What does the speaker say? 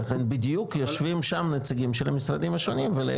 הם בדיוק יושבים שם נציגים של המשרדים השונים ויש להם קולות.